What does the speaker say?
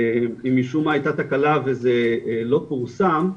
אם משום מה הייתה תקלה וזה לא פורסם,